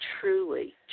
truly